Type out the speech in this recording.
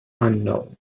unknown